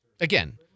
again